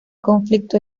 conflicto